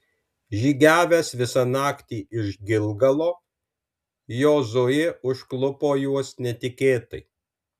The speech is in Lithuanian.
žygiavęs visą naktį iš gilgalo jozuė užklupo juos netikėtai